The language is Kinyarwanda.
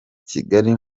kigali